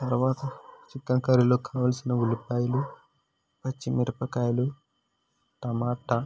తరువాత చికెన్ కర్రీలోకి కావాల్సిన ఉల్లిపాయలు పచ్చిమిరపకాయలు టమాట